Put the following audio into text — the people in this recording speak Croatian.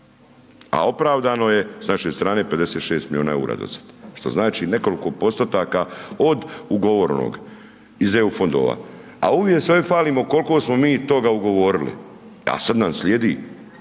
a opravdano je s naše strane 56 miliona EUR-a dosad, što znači nekoliko postotaka od ugovorenog iz EU fondova, a uvijek se ovdje falimo kolko smo mi toga ugovorili, a sad nam slijedi